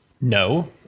No